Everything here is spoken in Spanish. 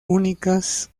únicas